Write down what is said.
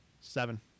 seven